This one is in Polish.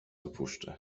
opuszczę